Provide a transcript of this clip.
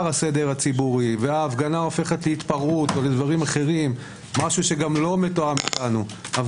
הצעה לדיון מהיר בנושא: "מדיניות חסימות הכבישים של